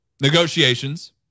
Negotiations